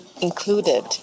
included